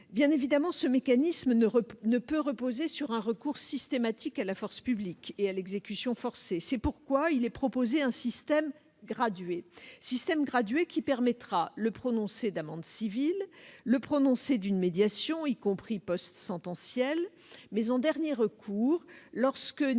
Bien évidemment, ce mécanisme ne peut reposer sur un recours systématique à la force publique et à l'exécution forcée. C'est pourquoi il est proposé un système gradué, qui permettra le prononcé d'amendes civiles et d'une médiation, y compris post-sentencielle. Toutefois, en dernier recours, lorsque